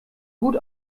gut